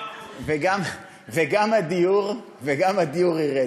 וגם הדיור ירד.